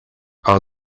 are